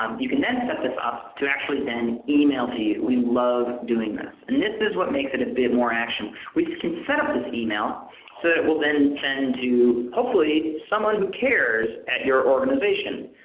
um you can then set this up to actually then email to you. we love doing this. and this is what makes it a bit more action. we can set up this email so it will then send to hopefully, someone who cares your organization.